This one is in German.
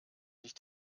sich